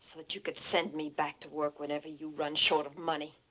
so but you can send me back to work whenever you run short of money?